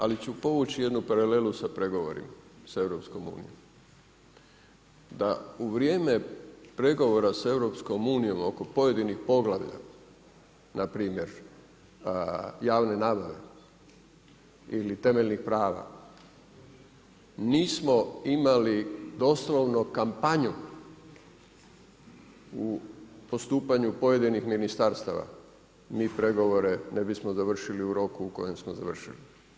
Ali ću povući jednu paralelu sa pregovorima sa EU, da u vrijeme pregovora sa EU oko pojedinih poglavlja na primjer javne nabave ili temeljnih prava nismo imali doslovno kampanju u postupanju pojedinih ministarstava mi pregovore ne bismo završili u roku u kojem smo završili.